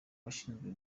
washinzwe